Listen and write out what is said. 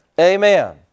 Amen